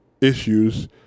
issues